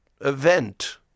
event